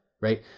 right